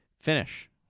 finish